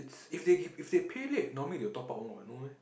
if they if they pay late normally they'll top up one what no meh